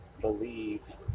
believed